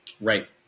Right